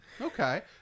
Okay